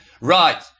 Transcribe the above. Right